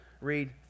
read